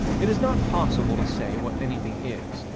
it is not possible to say what anything is,